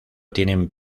tienen